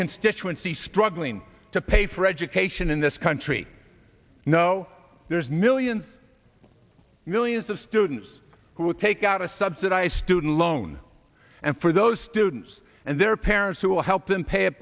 constituency struggling to pay for education in this country no millions millions of students who will take out a subsidized student loan and for those students and their parents who will help them pay it